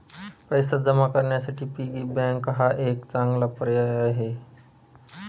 पैसे जमा करण्यासाठी पिगी बँक हा एक चांगला पर्याय आहे